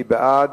מי בעד?